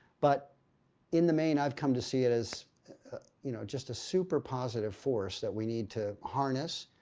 but in the main, i've come to see it as you know just a super positive force that we need to harness,